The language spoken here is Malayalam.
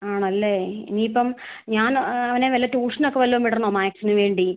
ആണല്ലേ ഇനി ഇപ്പം ഞാൻ അവനെ വല്ല ട്യൂഷനൊക്കെ വല്ലതും വിടണോ മാത്സിന് വേണ്ടി